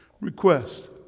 Request